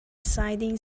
siding